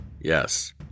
Yes